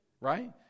right